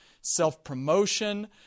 self-promotion